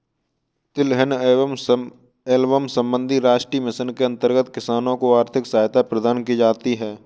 तिलहन एवं एल्बम संबंधी राष्ट्रीय मिशन के अंतर्गत किसानों को आर्थिक सहायता प्रदान की जाती है